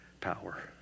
power